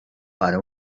para